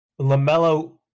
LaMelo